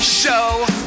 show